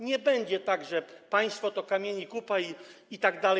Nie będzie tak, że państwo to kamieni kupa itd.